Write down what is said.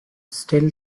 still